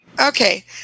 Okay